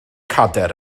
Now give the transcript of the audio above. cadair